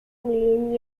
million